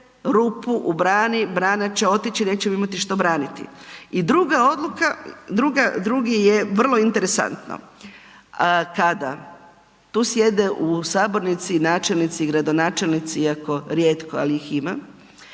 rupu u brani, brana će otići i nećemo imati što braniti. I druga odluka, drugi je vrlo interesantno. Kada tu sjede u sabornici načelnici i gradonačelnici, iako rijetko, ali ih ima,